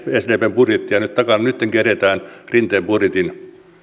sdpn budjettia nyt takana nyttenkin eletään rinteen budjetin